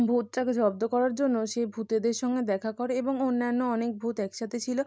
ভূতটাকে জব্দ করার জন্য সেই ভূতেদের সঙ্গে দেখা করে এবং অন্যান্য অনেক ভূত একসাথে ছিল